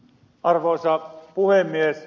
arvoisa puhemies